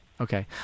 Okay